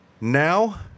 Now